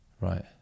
Right